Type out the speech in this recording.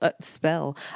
spell